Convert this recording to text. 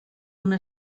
una